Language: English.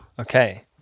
okay